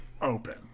open